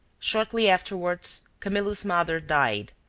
shortly afterwards camillo's mother died,